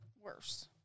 worse